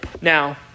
Now